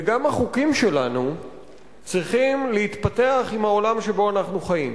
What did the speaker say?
וגם החוקים שלנו צריכים להתפתח עם העולם שבו אנחנו חיים.